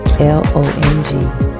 L-O-N-G